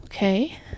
Okay